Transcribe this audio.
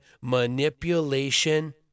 manipulation